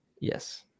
Yes